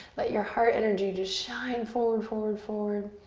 let your heart energy just shine forward, forward, forward.